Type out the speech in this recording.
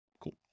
Cool